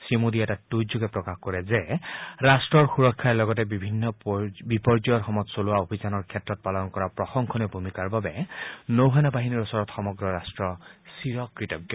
শ্ৰীমোদীয়ে এটা টুইটযোগে প্ৰকাশ কৰে যে ৰাষ্ট্ৰৰ সুৰক্ষাৰ লগতে বিভিন্ন বিপৰ্য়ৰ সময়ত চলোৱা অভিযানৰ ক্ষেত্ৰত পালন কৰা প্ৰশংসনীয় ভূমিকাৰ বাবে নৌ সেনা বাহিনীৰ ওচৰত সমগ্ৰ ৰাষ্ট্ৰ চিৰ কৃতজ্ঞ